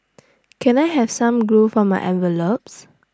can I have some glue for my envelopes